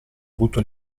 avuto